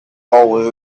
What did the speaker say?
all